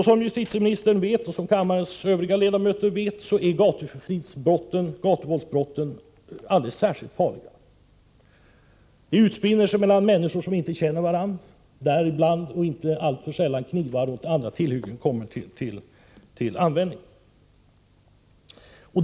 Som justitieministern och kammarens ledamöter vet är gatuvåldsbrotten alldeles särskilt farliga. De begås mellan människor som inte känner varandra. Ibland, inte alltför sällan, kommer knivar och andra tillhyggen till användning. Fru talman!